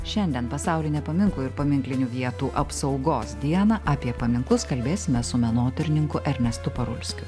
šiandien pasaulinę paminklų ir paminklinių vietų apsaugos dieną apie paminklus kalbėsime su menotyrininku ernestu parulskiu